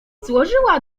złożyła